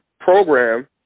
program